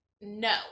no